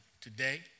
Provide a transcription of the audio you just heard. today